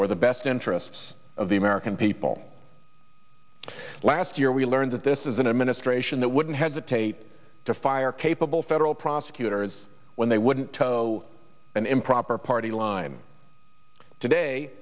or the best interests of the american people last year we learned that this is an administration that wouldn't hesitate to fire capable federal prosecutors when they wouldn't toe an improper party line today